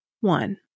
one